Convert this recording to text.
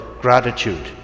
gratitude